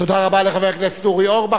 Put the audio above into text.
תודה רבה לחבר הכנסת אורי אורבך.